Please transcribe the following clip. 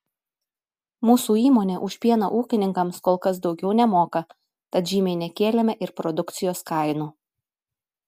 mūsų įmonė už pieną ūkininkams kol kas daugiau nemoka tad žymiai nekėlėme ir produkcijos kainų